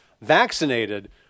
vaccinated